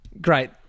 great